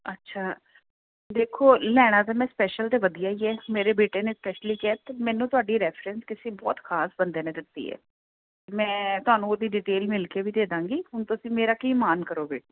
ਅੱਛਾ ਦੇਖੋ ਲੈਣਾ ਤਾ ਮੈਂ ਸਪੈਸ਼ਲ ਤੇ ਵਧੀਆ ਹੀ ਹੈ ਮੇਰੇ ਬੇਟੇ ਨੇ ਸਪੈਸ਼ਲੀ ਕਿਹਾ ਮੈਨੂੰ ਤੁਹਾਡੀ ਰੈਫਰੈਂਸ ਕਿਸੇ ਬਹੁਤ ਖਾਸ ਬੰਦੇ ਨੇ ਦਿੱਤੀ ਹ ਮੈਂ ਤੁਹਾਨੂੰ ਉਹਦੀ ਡਿਟੇਲ ਮਿਲ ਕੇ ਵੀ ਦੇ ਦਾਂਗੀ ਹੁਣ ਤੁਸੀਂ ਮੇਰਾ ਕੀ ਮਾਣ ਕਰੋਗੇ